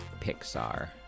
Pixar